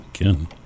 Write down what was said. again